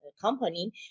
company